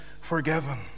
forgiven